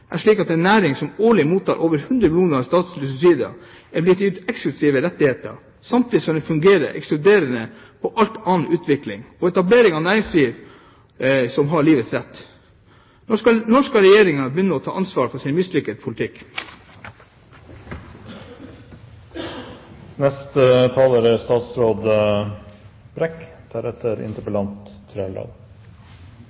er slik at en næring som årlig mottar over 100 mill. kr i statlige subsidier, er blitt gitt eksklusive rettigheter, samtidig som den fungerer ekskluderende på all annen utvikling og etablering av næringsliv som har livets rett. Når skal Regjeringen begynne å ta ansvar for sin mislykkede politikk?